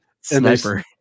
Sniper